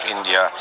India